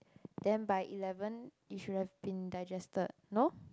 then by eleven it should have been digested no